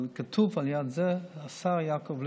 אבל כתוב ליד זה: השר יעקב ליצמן.